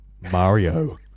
Mario